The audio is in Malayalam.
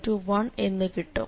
1എന്നു കിട്ടും